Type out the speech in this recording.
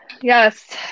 yes